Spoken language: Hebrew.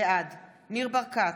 בעד ניר ברקת,